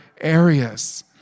areas